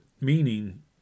meaning